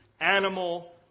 animal